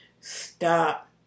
stop